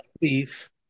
beef